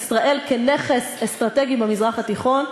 ישראל כנכס אסטרטגי במזרח התיכון.